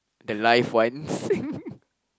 the live ones